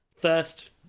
first